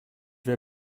wer